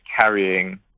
carrying